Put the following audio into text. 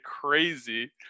crazy